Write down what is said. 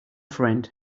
friend